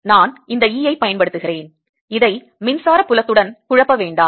நான் இந்த E ஐப் பயன்படுத்துகிறேன் இதை மின்சார புலத்துடன் குழப்ப வேண்டாம்